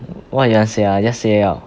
what you want say ah just say it out